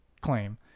claim